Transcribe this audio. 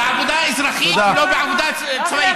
בעבודה אזרחית, לא בעבודה צבאית.